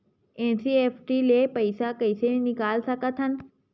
NEFT ले पईसा कइसे निकाल सकत हन?